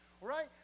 right